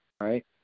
right